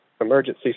emergency